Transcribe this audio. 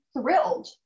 thrilled